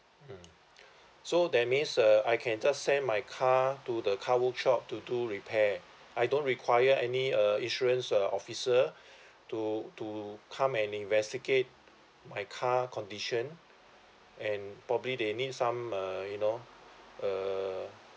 mm so that means uh I can just send my car to the car workshop to do repair I don't require any uh insurance uh officer to to come and investigate my car condition and probably they need some uh you know uh